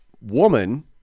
woman